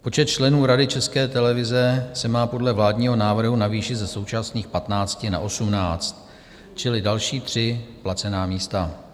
Počet členů Rady České televize se má podle vládního návrhu navýšit ze současných 15 na 18, čili další tři placená místa.